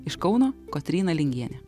iš kauno kotryna lingienė